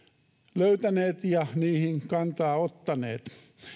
löytäneet ja niihin kantaa ottaneet